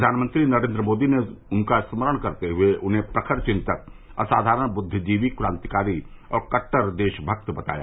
प्रधानमंत्री नरेन्द्र मोदी ने उनका स्मरण करते हुए उन्हें प्रखर चिंतक असाधारण बुद्धिजीवी क्रांतिकारी और कट्टर देशभक्त बताया